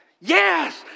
yes